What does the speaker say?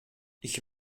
ich